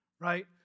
right